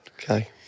okay